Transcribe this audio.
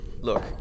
Look